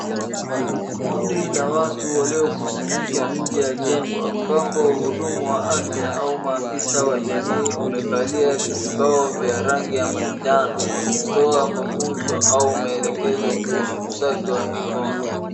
Kundi la watu waliokusanyika nje ya njengo ambapo wahudumu wa afya au maafisa wa jamii wamevalia vizibao vya rangi ya majano wakitoa mafunzo au maelekezo kuhusu usafi wa mikono.